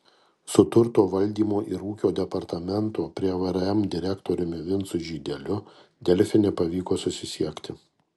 su turto valdymo ir ūkio departamento prie vrm direktoriumi vincu žydeliu delfi nepavyko susisiekti